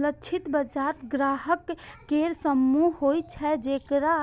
लक्षित बाजार ग्राहक केर समूह होइ छै, जेकरा